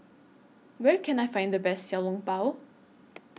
Where Can I Find The Best Xiao Long Bao